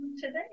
today